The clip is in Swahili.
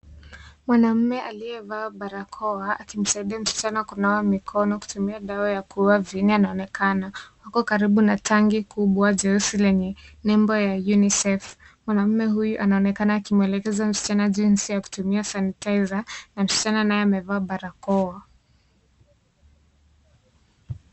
Mwanaume aliyevaa barakoa akimsaidia msichana kunawa mikono kutumia dawa ya kuuwa viini anaonekana, ako karibu na tanki kubwa jeusi lenye nembo ya unisef mwanaume huyu anaonekana akimwelekeza msichana jinsi ya kutumia sanitizer na msichana naye amevaa barakoa.